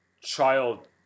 child